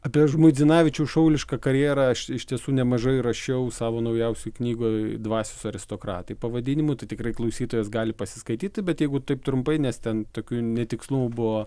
apie žmuidzinavičių šaulišką karjerą aš iš tiesų nemažai rašiau savo naujausioj knygoj dvasios aristokratai pavadinimu tai tikrai klausytojas gali pasiskaityti bet jeigu taip trumpai nes ten tokių netikslumų buvo